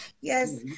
Yes